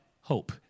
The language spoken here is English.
Hope